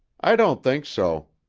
i don't think so,